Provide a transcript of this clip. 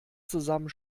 zusammen